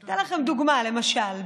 אתן לכם דוגמה: למשל,